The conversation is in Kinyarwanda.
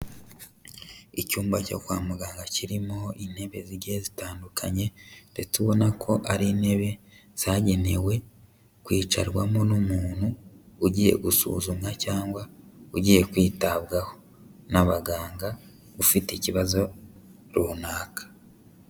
Icyumba cyo kwa muganga kirimo intebe zigiye zitandukanye, ndetse ubona ko ari intebe zagenewe kwicarwamo n'umuntu ugiye gusuzumwa, cyangwa ugiye kwitabwaho n'abaganga, ufite ikibazo runaka.